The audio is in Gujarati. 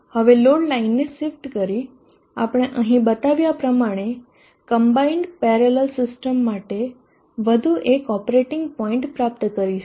હવે લોડ લાઇનને શિફ્ટ કરી આપણે અહીં બતાવ્યા પ્રમાણે કમ્બાઈન્ડ પેરેલલ સીસ્ટમ માટે વધુ એક ઓપરેટિંગ પોઇન્ટ પ્રાપ્ત કરીશું